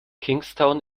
kingstown